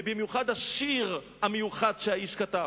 ובמיוחד השיר המיוחד שהאיש כתב.